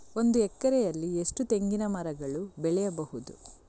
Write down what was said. ಒಂದು ಎಕರೆಯಲ್ಲಿ ಎಷ್ಟು ತೆಂಗಿನಮರಗಳು ಬೆಳೆಯಬಹುದು?